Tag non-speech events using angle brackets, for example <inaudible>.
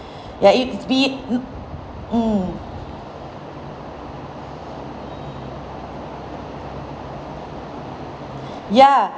<breath> ya it's be~ mm ya